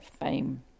fame